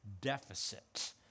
deficit